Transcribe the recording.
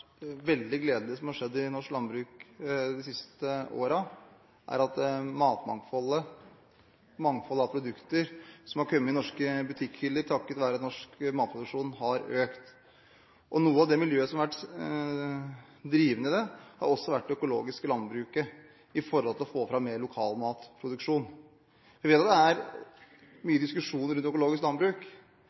veldig gledelig i norsk landbruk de siste årene, er at et mangfold av produkter har kommet i norske butikkhyller takket være at norsk matproduksjon har økt. Et av de miljøene som har vært drivende i det, har vært det økologiske landbruket, som har fått fram mer lokal matproduksjon. Vi vet at det er mye diskusjoner rundt økologisk landbruk,